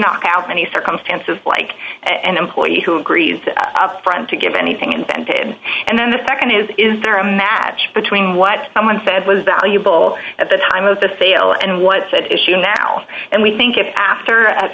knock out many circumstances like an employee who agrees up front to give anything invented and then the nd is is there a match between what someone says was valuable at the time of the sale and what's at issue now and we think if after a